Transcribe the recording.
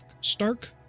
stark